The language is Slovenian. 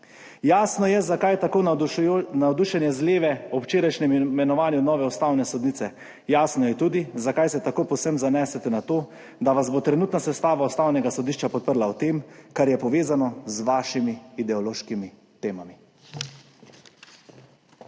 Jasno je, zakaj tako navdušenje z leve ob včerajšnjem imenovanju nove ustavne sodnice. Jasno je tudi, zakaj se tako povsem zanesete na to, da vas bo trenutna sestava Ustavnega sodišča podprla v tem kar je povezano z vašimi ideološkimi temami.